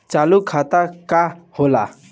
चालू खाता का होला?